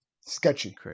sketchy